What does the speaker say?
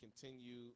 continue